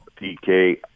PK